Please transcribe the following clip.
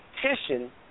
petition